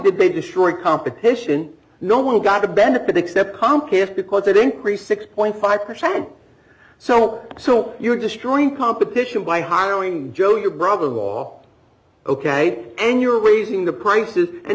did they destroy competition no one got a benefit except comcast because it increases point five percent so so you are destroying competition by hiring joe your brother in law ok and you're raising the prices and